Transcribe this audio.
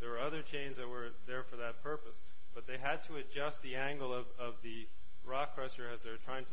there are other chains that were there for that purpose but they had to adjust the angle of the rock pressure as they were trying to